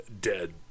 Dead